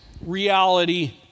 reality